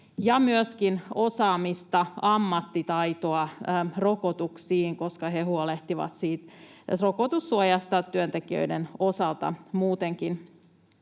on myöskin osaamista, ammattitaitoa rokotuksiin, koska he huolehtivat rokotussuojasta työntekijöiden osalta muutenkin.